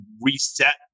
reset